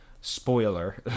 spoiler